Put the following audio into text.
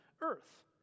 earth